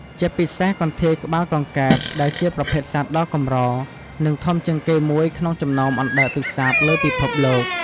ជាពិសេស កន្ធាយក្បាលកង្កែបដែលជាប្រភេទសត្វដ៏កម្រ និងធំជាងគេមួយក្នុងចំណោមអណ្ដើកទឹកសាបលើពិភពលោក ។